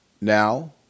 Now